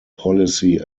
policy